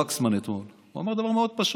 וקסמן אתמול, הוא אמר דבר מאוד פשוט.